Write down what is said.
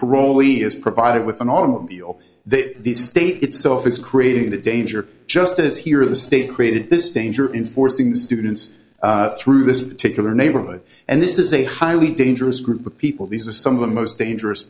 parolee is provided with an automobile that the state itself is creating the danger just as here the state created this danger in forcing the students through this particular neighborhood and this is a highly dangerous group of people these are some of the most dangerous